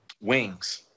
wings